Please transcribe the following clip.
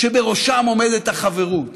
שבראשם עומדות החברוּת